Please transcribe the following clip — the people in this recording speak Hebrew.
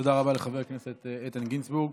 תודה רבה לחבר הכנסת איתן גינזבורג.